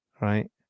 right